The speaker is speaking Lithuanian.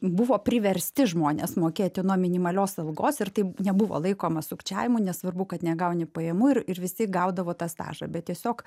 buvo priversti žmonės mokėti nuo minimalios algos ir tai nebuvo laikoma sukčiavimu nesvarbu kad negauni pajamų ir ir visi gaudavo tą stažą bet tiesiog